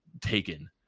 taken